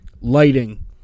lighting